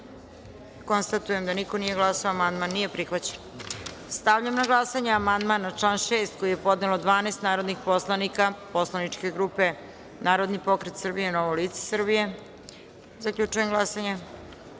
glasanje. Konstatujem da niko nije glasao. Amandman nije prihvaćen. Stavljam na glasanje amandman na član 3. koji je podnelo 12 narodnih poslanika poslaničke grupe Narodni pokret Srbije – Novo lice Srbije. Zaključujem